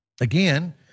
again